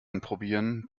anprobieren